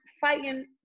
fighting